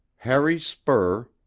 harry spurr,